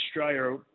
Australia